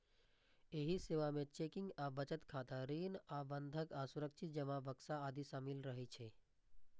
एहि सेवा मे चेकिंग आ बचत खाता, ऋण आ बंधक आ सुरक्षित जमा बक्सा आदि शामिल रहै छै